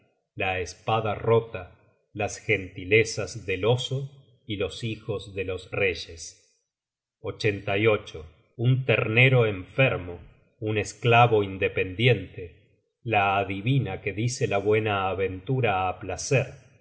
la espada rota las gentilezas del oso y los hijos de los reyes un ternero enfermo un esclavo independiente la adivina que dice la buenaventura á placer